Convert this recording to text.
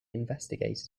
investigated